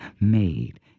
made